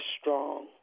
strong